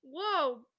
Whoa